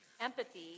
Empathy